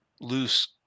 loose